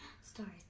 Stories